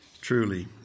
Truly